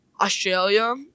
Australia